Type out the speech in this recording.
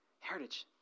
Heritage